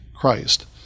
Christ